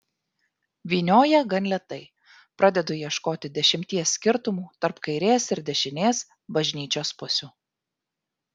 vynioja gan lėtai pradedu ieškoti dešimties skirtumų tarp kairės ir dešinės bažnyčios pusių